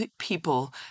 people